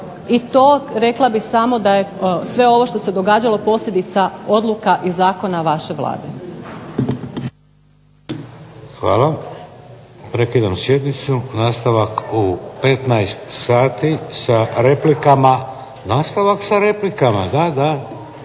i to rekla bih samo da je sve ovo što se događalo posljedica odluka i zakona vaše vlade. **Šeks, Vladimir (HDZ)** Hvala. Prekidam sjednicu. Nastavak u 15 sati, sa replikama. Nastavak sa replikama, da, da,